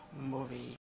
movie